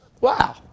Wow